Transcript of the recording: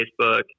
Facebook